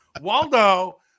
waldo